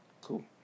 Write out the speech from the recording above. Cool